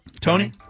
Tony